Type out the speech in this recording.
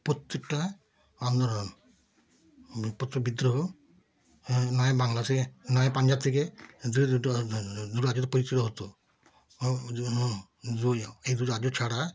প্রত্যেকটা আন্দোলন প্রত্যেকটা বিদ্রোহ হ্যাঁ নয় বাংলাদেশ থেকে নয় পাঞ্জাব থেকে দুটো রাজ্য পরিচিত হতো হুম এই দুই রাজ্য ছাড়া